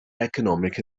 economic